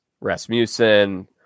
Rasmussen